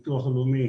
מהביטוח הלאומי,